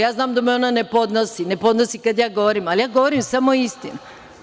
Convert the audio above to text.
Ja znam da me ona ne podnosi, ne podnosi kad ja govorim, ali ja govorim samo istinu.